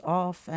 off